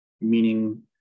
Meaning